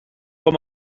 com